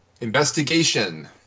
Investigation